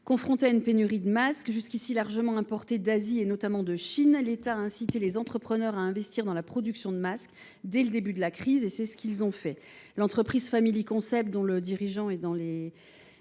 Confronté à une pénurie de masques, jusqu’ici largement importés d’Asie, notamment de Chine, l’État a incité les entrepreneurs à investir dans la production de masques dès le début de la crise, et c’est ce qu’ils ont fait. L’entreprise Family Concept implantée dans le